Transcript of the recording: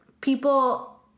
people